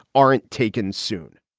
aren't taken soon